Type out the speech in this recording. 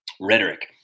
Rhetoric